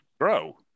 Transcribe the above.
grow